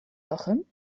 lachen